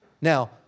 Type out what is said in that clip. Now